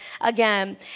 again